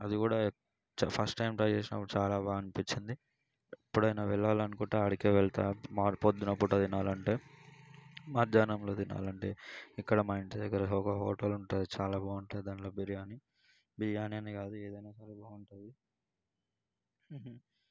అది కూడా first time try చేసినా కూడ చాలా బాగా అనిపించింది ఎప్పుడైనా వెళ్ళాలి అనుకుంటే ఆడికే వెళ్తా మా వాళ్ళు పొద్దున పూట తినాలి అంటే మధ్యాహ్నంలో తినాలి అంటే ఇక్కడ మా ఇంటి దగ్గర డాబా హోటల్ ఉంటుంది చాలా బాగుంటుంది దాంట్లో బిర్యానీ బిర్యానీ అనే కాదు ఏదన్నా సరే బాగుంటుంది